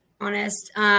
honest